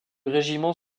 régiment